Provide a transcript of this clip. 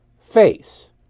face